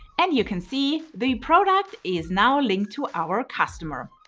and you can see the product is now linked to our customer.